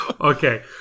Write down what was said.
Okay